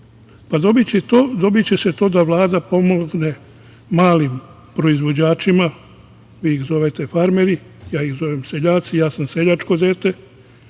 Dobiće se to da Vlada pomogne malim proizvođačima, vi ih zovete farmeri, ja ih zovem seljaci, ja sam seljačko dete